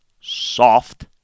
soft